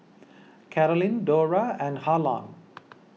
Carolynn Dorla and Harlan